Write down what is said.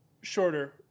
shorter